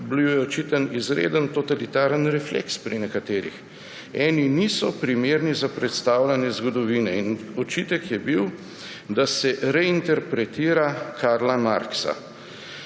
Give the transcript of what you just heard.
je bil očiten izreden totalitaren refleks pri nekaterih. Eni niso primerni za predstavljanje zgodovine. Očitek je bil, da se reinterpretira Karla Marxa.